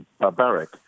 barbaric